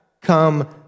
come